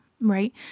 right